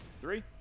three